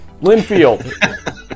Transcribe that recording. Linfield